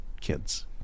kids